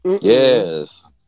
yes